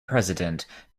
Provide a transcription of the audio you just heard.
president